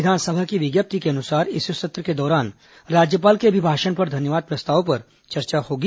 विधानसभा की विज्ञप्ति के अनुसार इस सत्र के दौरान राज्यपाल के अभिभाषण पर धन्यवाद प्रस्ताव पर चर्चा होगी